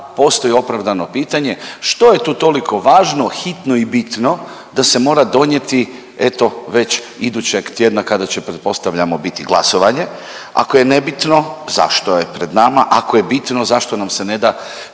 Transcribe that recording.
postoji opravdano pitanje što je tu toliko važno, hitno i bitno da se mora donijeti eto već idućeg tjedna kada će pretpostavljamo biti glasovanje? Ako je nebitno zašto je pred nama, ako je bitno zašto nam se ne da